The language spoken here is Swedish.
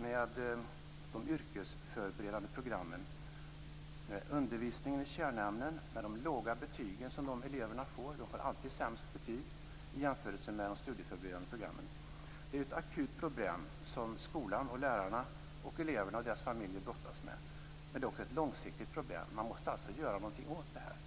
med de yrkesförberedande programmen, undervisningen i kärnämnen och de låga betygen som dessa elever får? De får alltid sämst betyg i jämförelse med elever på de studieförberedande programmen. Det är ett akut problem som skolan, lärarna, eleverna och deras familjer brottas med. Men det är också ett långsiktigt problem. Man måste göra någonting åt det här.